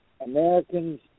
Americans